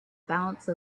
balance